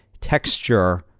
texture